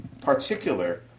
particular